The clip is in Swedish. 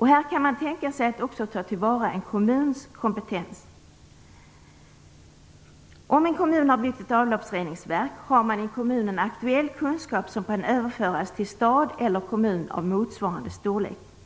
Här kan man tänka sig att också ta till vara en kommuns kompetens. Om en kommun har byggt ett avloppsreningsverk har man i kommunen aktuell kunskap som kan överföras till stad eller kommun av motsvarande storlek.